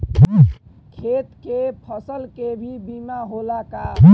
खेत के फसल के भी बीमा होला का?